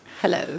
Hello